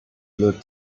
look